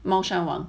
猫山王